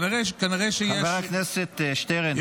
חבר הכנסת שטרן, אנא.